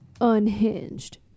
unhinged